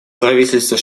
правительство